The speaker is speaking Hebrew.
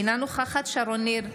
אינה נוכחת שרון ניר,